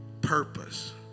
purpose